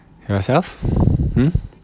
yourself hmm